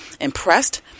impressed